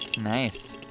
Nice